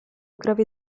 gravi